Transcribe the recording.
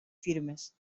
firmes